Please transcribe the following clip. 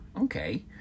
Okay